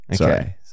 Okay